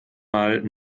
mal